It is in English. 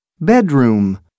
Bedroom